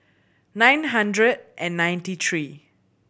nine hundred and ninety three